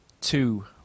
two